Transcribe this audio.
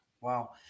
Wow